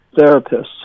therapists